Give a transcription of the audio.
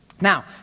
Now